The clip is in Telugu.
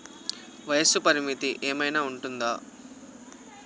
వయస్సు పరిమితి ఏమైనా ఉంటుందా?